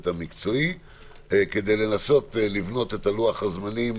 המקצועי כדי לנסות לבנות את לוח הזמנים